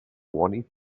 twenty